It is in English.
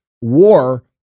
war